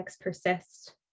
persist